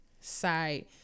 side